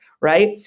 Right